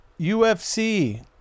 UFC